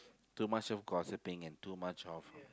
too much of gossiping and too much of